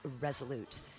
Resolute